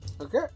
Okay